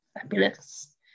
Fabulous